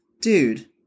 Dude